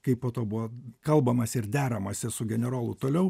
kaip po to buvo kalbamasi ir deramasi su generolu toliau